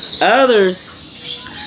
Others